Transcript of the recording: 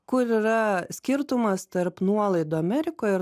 kur yra skirtumas tarp nuolaidų amerikoje ir